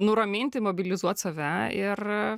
nuraminti mobilizuot save ir